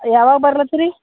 ಯಾವಾಗ ಬರ್ಲಾತ್ತೀರಿ